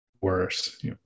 worse